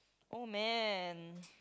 oh man